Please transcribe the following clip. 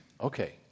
Okay